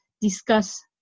discuss